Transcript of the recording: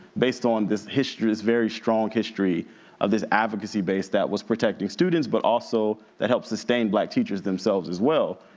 based on this history, this very strong history of this advocacy base that was protecting students, but also that helps sustain black teachers themselves as well.